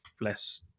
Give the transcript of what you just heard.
less